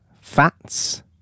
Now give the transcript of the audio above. fats